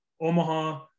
Omaha